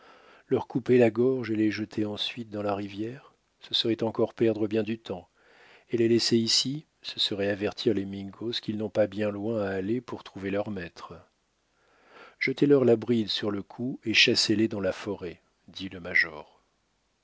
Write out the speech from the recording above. leur couper la gorge et les jeter ensuite dans la rivière ce serait encore perdre bien du temps et les laisser ici ce serait avertir les mingos qu'ils n'ont pas bien loin à aller pour trouver leurs maîtres jetez leur la bride sur le cou et chassez les dans la forêt dit le major